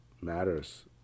matters